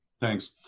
Thanks